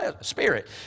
spirit